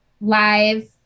live